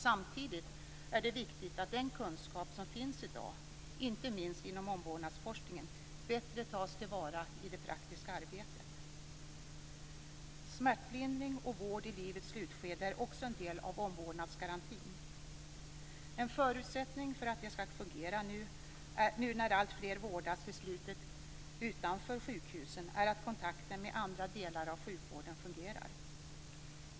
Samtidigt är det viktigt att den kunskap som finns i dag, inom inte minst omvårdnadsforskningen, bättre tas till vara i det praktiska arbetet. Smärtlindring och vård i livets slutskede är också en del av omvårdnadsgarantin. En förutsättning för att det skall fungera nu, när alltfler vårdas till slutet utanför sjukhusen, är att kontakten med andra delar av sjukvården fungerar.